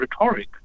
rhetoric